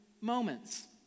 moments